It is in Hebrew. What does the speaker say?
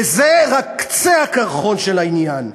וזה רק קצה הקרחון של העניין.